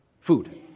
Food